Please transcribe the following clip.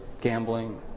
gambling